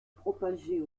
propager